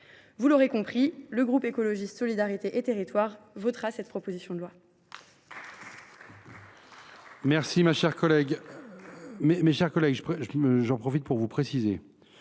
Vous l’aurez compris, le groupe Écologiste – Solidarité et Territoires votera cette proposition de loi.